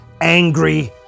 angry